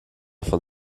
von